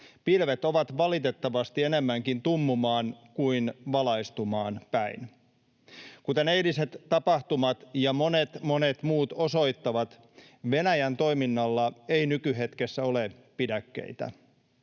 pilvet ovat valitettavasti enemmänkin tummumaan kuin valaistumaan päin. Kuten eiliset tapahtumat ja monet monet muut osoittavat, Venäjän toiminnalla ei nykyhetkessä ole pidäkkeitä.